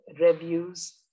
reviews